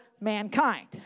mankind